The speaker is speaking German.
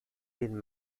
den